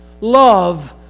love